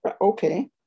okay